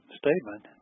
statement